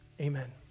Amen